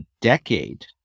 decade